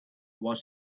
was